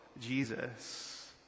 Jesus